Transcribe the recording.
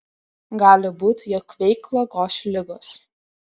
gali būti jog veiklą goš ligos